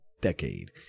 decade